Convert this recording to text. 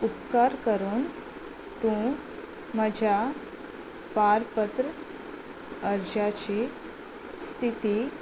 उपकार करून तूं म्हज्या पारपत्र अर्जाची स्थिती